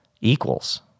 equals